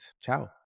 ciao